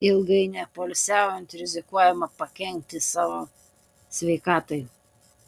ilgai nepoilsiaujant rizikuojama pakenkti savo sveikatai